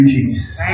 Jesus